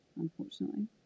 unfortunately